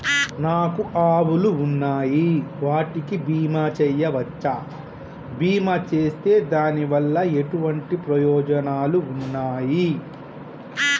నాకు ఆవులు ఉన్నాయి వాటికి బీమా చెయ్యవచ్చా? బీమా చేస్తే దాని వల్ల ఎటువంటి ప్రయోజనాలు ఉన్నాయి?